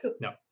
no